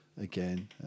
Again